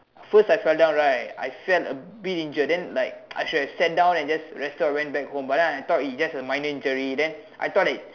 first I fell down right I felt a bit injured then like I should've sat down and just rest or went back home but then I thought it's just a minor injury then I thought that